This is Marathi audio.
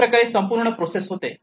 अशाप्रकारे संपूर्ण प्रोसेस होते